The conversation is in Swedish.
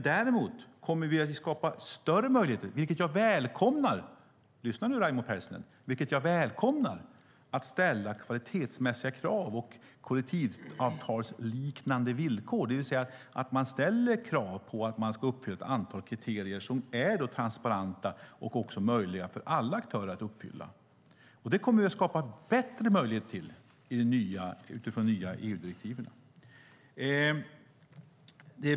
Däremot kommer vi att skapa större möjligheter, vilket jag välkomnar - lyssna nu, Raimo Pärssinen, för att ställa kvalitetsmässiga krav och kollektivavtalsliknande villkor, det vill säga att man ställer krav på att man ska uppfylla ett antal kriterier som är transparenta och då också möjliga för alla aktörer att uppfylla. Det kommer att skapas bättre möjlighet till det utifrån de nya EU-direktiven.